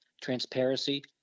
transparency